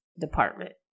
department